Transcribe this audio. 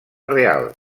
real